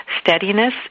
steadiness